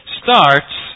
starts